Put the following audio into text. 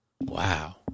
Wow